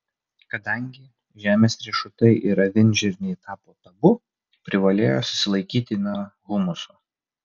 kadangi žemės riešutai ir avinžirniai tapo tabu privalėjo susilaikyti nuo humuso